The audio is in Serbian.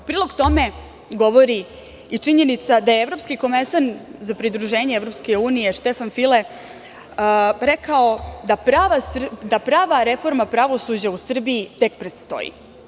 U prilog tome govori i činjenica da je Evropski komesar za priključenje EU Štefan File rekao da prava reforma pravosuđa u Srbiji tek predstoji.